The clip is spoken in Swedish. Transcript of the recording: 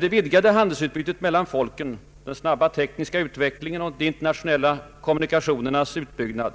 Det vidgade handelsutbytet mellan folken, den snabba tekniska utvecklingen och de internationeilla kommunikationernas utbyggnad